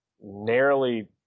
narrowly